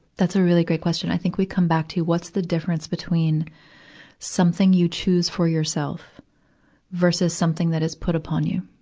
that's a really great question. i think we come back to what the difference between something you choose for yourself versus something that is put upon you.